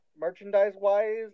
Merchandise-wise